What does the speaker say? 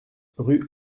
rue